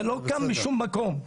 זה לא קם משום מקום,